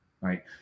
right